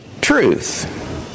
truth